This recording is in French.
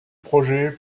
projet